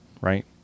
right